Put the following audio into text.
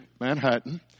Manhattan